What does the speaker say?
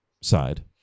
side